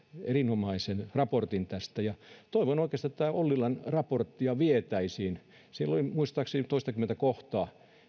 erinomaisen raportin tästä ja toivon oikeastaan että ollilan raporttia vietäisiin eteenpäin niillä lähtökohdilla siellä oli muistaakseni toistakymmentä kohtaa